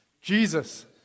Jesus